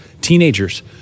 Teenagers